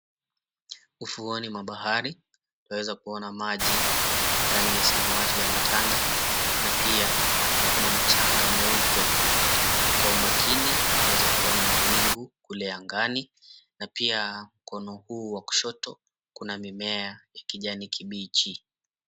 Ufuoni mwa bahari naweza kuona maji ya rangi ya samawati yametanda na pia kuna mchanga mweupe kwa umakini, twaweza kuona mawingu kule angani na pia mkono huu wa kushoto kuna mimea ya kijani kibichi.